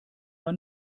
war